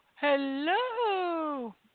Hello